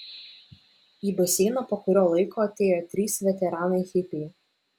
į baseiną po kurio laiko atėjo trys veteranai hipiai